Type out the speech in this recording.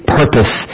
purpose